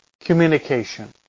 communication